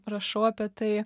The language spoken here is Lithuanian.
rašau apie tai